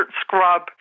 scrub